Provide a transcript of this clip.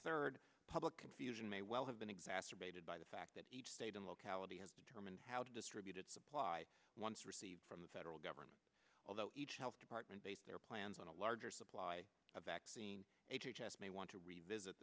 third public confusion may well have been exacerbated by the fact that each state in locality has determined how to distribute its supply once received from the federal government although each health department based their plans on a larger supply of vaccine h h s may want to revisit